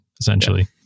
essentially